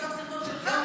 עכשיו סרטון שלך,